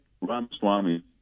Ramaswamy